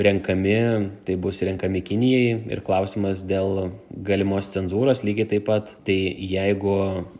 renkami tai bus renkami kinijai ir klausimas dėl galimos cenzūros lygiai taip pat tai jeigu